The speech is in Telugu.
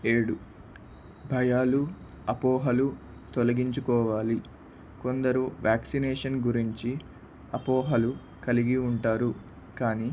ఏడు భయాలు అపోహలు తొలగించుకోవాలి కొందరు వ్యాక్సినేషన్ గురించి అపోహలు కలిగి ఉంటారు కానీ